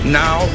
now